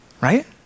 Right